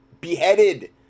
beheaded